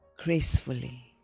gracefully